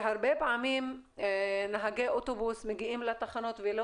שהרבה פעמים נהגי אוטובוס מגיעים לתחנות ולא